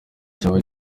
cyari